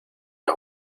las